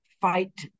fight